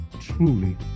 truly